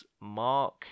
Mark